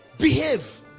behave